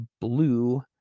blue